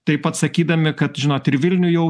taip pat sakydami kad žinot ir vilniuj jau